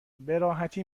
براحتی